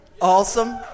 Awesome